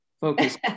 focus